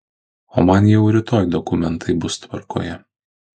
o man jau rytoj dokumentai bus tvarkoje